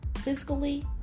physically